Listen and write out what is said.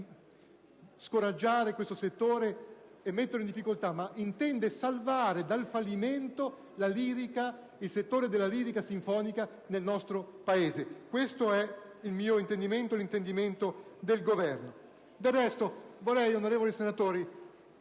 scoraggiare questo settore e metterlo in difficoltà, ma intende salvare dal fallimento il settore della lirica sinfonica, nel nostro Paese. Questo è il mio intendimento e quello del Governo. Del resto, onorevoli senatori,